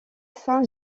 saint